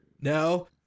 No